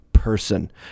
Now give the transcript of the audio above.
person